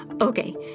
Okay